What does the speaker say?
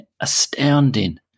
astounding